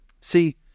See